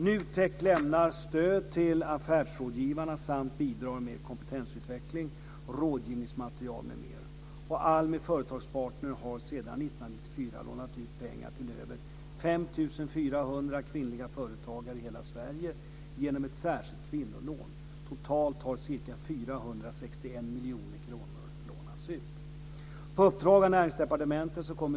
NUTEK lämnar stöd till afärsrådgivarna samt bidrar med kompetensutveckling, rådgivningsmaterial m.m. ALMI Företagspartner har sedan 1994 lånat ut pengar till över 5 400 kvinnliga företagare i hela Sverige genom ett särskilt kvinnolån. Totalt har ca 461 miljoner kronor lånats ut.